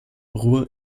ruhe